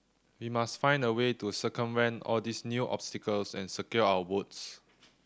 we must find a way to circumvent all these new obstacles and secure our votes